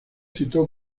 citó